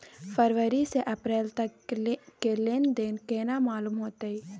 फरवरी से अप्रैल तक के लेन देन केना मालूम होते?